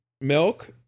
milk